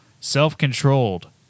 self-controlled